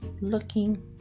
looking